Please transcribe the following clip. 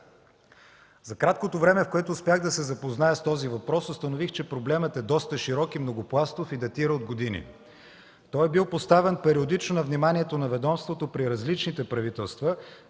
За краткото време, в което успях да се запозная с този въпрос, установих, че проблемът е доста широк и многопластов и датира от години. Той е бил поставян периодично на вниманието на ведомството при различните правителства,